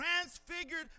transfigured